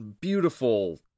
beautiful